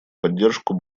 поддержку